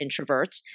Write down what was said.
introverts